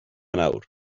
nawr